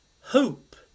Hope